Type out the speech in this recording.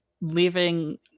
leaving